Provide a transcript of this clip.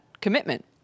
commitment